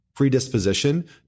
predisposition